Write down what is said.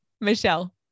Michelle